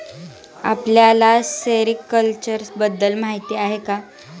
आपल्याला सेरीकल्चर बद्दल माहीती आहे का?